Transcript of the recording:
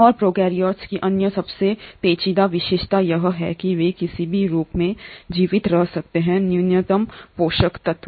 और प्रोकैरियोट्स की अन्य सबसे पेचीदा विशेषता यह है कि वे किसी भी रूप में जीवित रह सकते हैं न्यूनतम पोषक तत्व